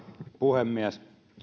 puhemies